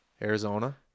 Arizona